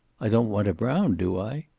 i don't want him round, do i?